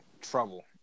trouble